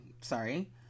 sorry